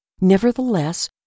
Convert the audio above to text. Nevertheless